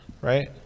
right